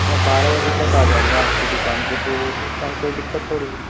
मैं बारह बजे तक आ जाऊँगा आपकी दुकान पे तो उस टाइम कोई दिक्क्त थोड़ी